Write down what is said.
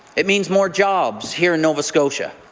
it means more jobs here in nova scotia.